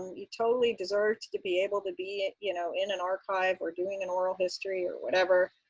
you totally deserved to be able to be you know in an archive or doing an oral history or whatever.